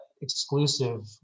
exclusive